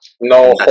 no